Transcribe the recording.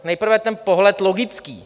Nejprve ten pohled logický.